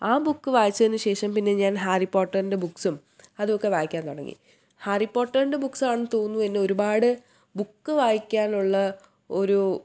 ആ ബുക്ക് വായിച്ചതിന് ശേഷം പിന്നെ ഞാൻ ഹാരിപ്പോട്ടറിൻ്റെ ബുക്ക്സും അതുമൊക്കെ വായിക്കാൻ തുടങ്ങി ഹാരിപ്പോട്ടറിൻ്റെ ബുക്ക്സാണെന്ന് തോന്നുന്നു എന്നെ ഒരുപാട് ബുക്ക് വായിക്കാനുള്ള ഒരു